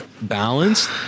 balanced